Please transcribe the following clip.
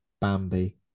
Bambi